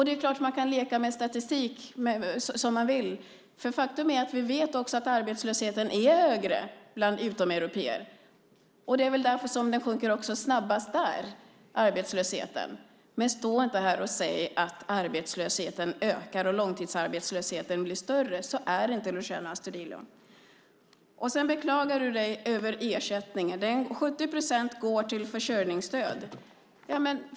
Det är klart att man kan leka som man vill med statistik. Faktum är att vi vet att arbetslösheten är högre bland utomeuropéer. Det är väl därför som den sjunker snabbast bland dem. Men stå inte här och säg att arbetslösheten ökar och att långtidsarbetslösheten blir mer omfattande! Så är det inte, Luciano Astudillo. Du beklagar dig över ersättningen. 70 procent går till försörjningsstöd.